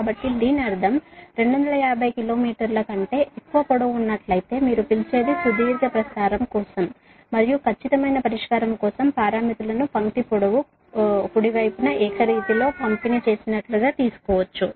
కాబట్టి దీని అర్థం 250 కిలోమీటర్ల కంటే ఎక్కువ పొడవు ఉన్నట్లయితే మీరు పిలిచేది లాంగ్ ట్రాన్స్మిషన్ కోసం మరియు ఖచ్చితమైన పరిష్కారం కోసం పారామితులను లైన్ పొడవు ఒకే విధంగా పంపిణీ చేసినట్లుగా తీసుకోవచ్చు